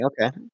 Okay